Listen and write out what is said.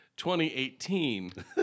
2018